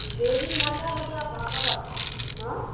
যেইদিন থাকে সেইটো আপোনালোকৰ কথা হাঁ